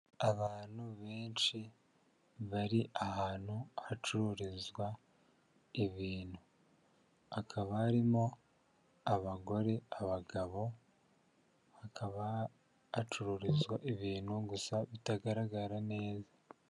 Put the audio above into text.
Abantu benshi bari ahantu hacururizwa ibintu, hakaba harimo abagore, abagabo, hakaba hacururizwa ibintu gusa bitagaragara neza.